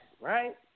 right